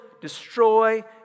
destroy